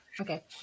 Okay